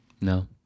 no